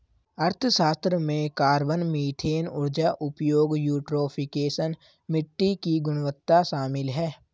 अर्थशास्त्र में carbon, methane ऊर्जा उपयोग, यूट्रोफिकेशन, मिट्टी की गुणवत्ता शामिल है